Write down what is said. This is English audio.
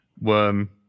worm